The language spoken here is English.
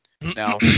Now